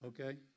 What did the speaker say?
Okay